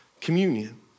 communion